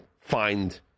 find